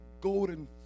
golden